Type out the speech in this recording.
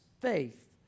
faith